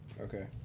Okay